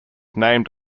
named